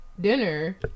dinner